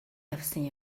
явсан